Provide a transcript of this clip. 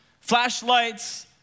flashlights